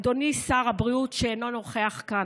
אדוני שר הבריאות, שאינו נוכח כאן,